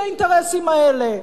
לאינטרסים האלה.